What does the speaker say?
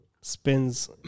spins